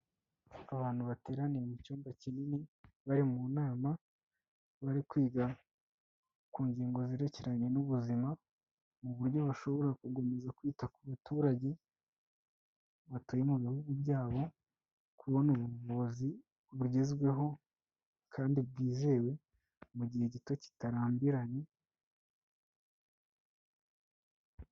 Abantu bateraniye mu cyumba kinini, bari mu nama, bari kwiga ku ngingo zerekeranye n'ubuzima, mu buryo bashobora gukomeza kwita ku baturage batuye mu bihugu byabo, kubona ubuvuzi bugezweho, kandi bwizewe, mu gihe gito kitarambiranye.